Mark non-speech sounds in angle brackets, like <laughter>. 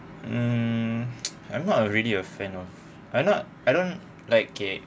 mm <noise> I'm not really a fan of I not I don't like it